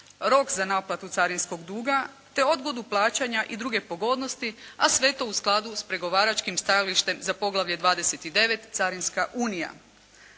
rok za naplatu carinskog duga te odgodu plaćanja i druge pogodnosti, a sve to u skladu sa pregovaračkim stajalištem za poglavlje 29 – Carinska unija.